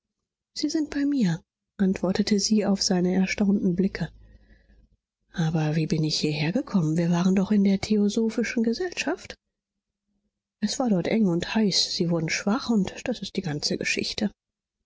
sie sind bei mir antwortete sie auf seine erstaunten blicke aber wie bin ich hierher gekommen wir waren doch in der theosophischen gesellschaft es war dort eng und heiß sie wurden schwach und das ist die ganze geschichte